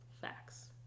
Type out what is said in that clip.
Facts